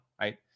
Right